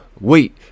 wait